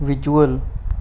visual